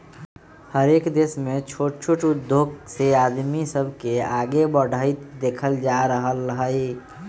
हरएक देश में छोट छोट उद्धोग से आदमी सब के आगे बढ़ईत देखल जा रहल हई